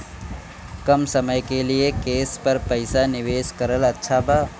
कम समय के लिए केस पर पईसा निवेश करल अच्छा बा?